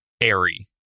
airy